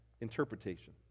Interpretation